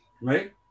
right